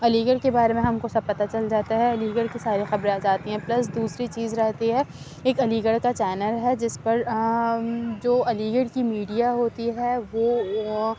علی گڑھ کے بارے میں ہم کو سب پتہ چل جاتا ہے علی گڑھ کی ساری خبریں آ جاتی ہیں پلس دوسری چیز رہتی ہے ایک علی گڑھ کا چینل ہے جس پر جو علی گڑھ کی میڈیا ہوتی ہے وہ